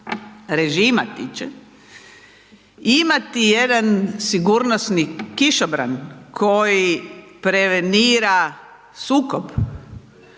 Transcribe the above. režima tiče, imati jedan sigurnosni kišobran koji prevenira sukoba